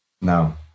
No